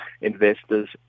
investors